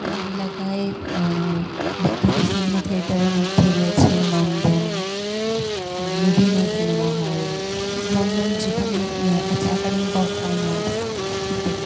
আমার এলাকায় বিখ্যাত সিনেমা থিয়েটারের মধ্যে রয়েছে নন্দন নবীনা সিনেমা হল নন্দন যেখানে আছে অ্যাকাডেমি অব ফাইন আর্টস ইত্যাদি